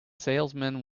salesman